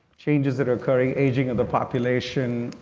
changes that are occurring, aging of the population,